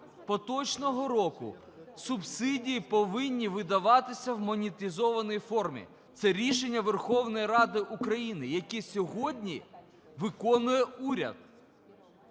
поточного року субсидії повинні видаватися в монетизованій формі. Це рішення Верховної Ради України, яке сьогодні виконує уряд.